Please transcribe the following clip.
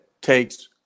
takes